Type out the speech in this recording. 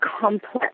complex